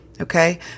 Okay